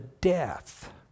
death